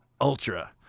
Ultra